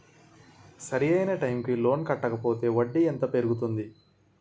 సరి అయినా టైం కి లోన్ కట్టకపోతే వడ్డీ ఎంత పెరుగుతుంది?